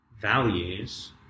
values